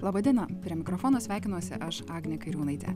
laba diena prie mikrofono sveikinuosi aš agnė kairiūnaitė